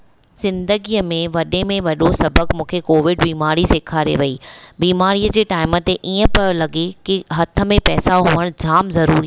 ज़िंदगीअ में वॾे में वॾो सबकु मूंखे कोविड बीमारी सेखारे वई बीमारी जे टाइम ते इएं पियो लॻे की हथ में पैसा हुजणु जाम ज़रूरी आहिनि